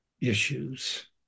issues